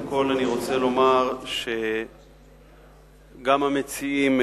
קודם כול אני רוצה לומר שגם המציעים,